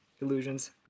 illusions